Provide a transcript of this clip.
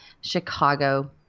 Chicago